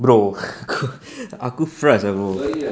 bro aku frus ah bro